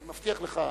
אני מבטיח לך.